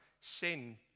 sin